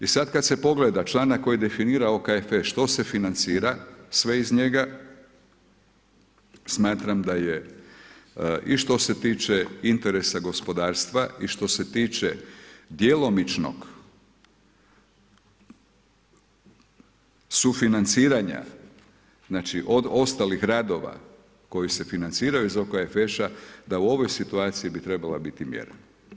I sad kad se pogleda članak koji definira OKFŠ što se financira sve iz njega smatram da je i što se tiče interesa gospodarstva i što se tiče djelomičnog sufinanciranja, znači od ostalih radova koji se financiraju iz OKFŠ-a da u ovoj situaciji bi trebala biti mjera.